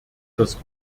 das